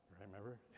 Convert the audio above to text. remember